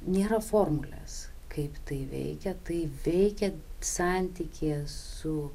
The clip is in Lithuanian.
nėra formulės kaip tai veikia tai veikia santykyje su